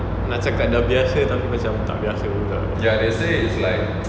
macam kan dah biasa tapi macam tak biasa juga